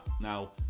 now